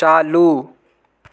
चालू